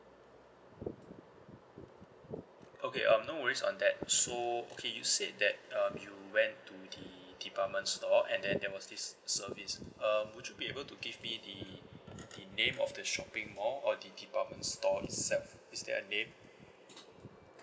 okay um no worries on that so okay you said that um you went to the department store and there was this service um would you be able to give me the the name of the shopping mall or the department store itself is there a name